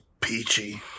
peachy